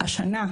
השנה,